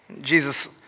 Jesus